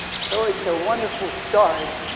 so it's a wonderful start.